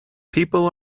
people